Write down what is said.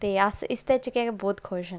ते अस इसदे च गै बहुत खुश आं